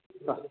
હા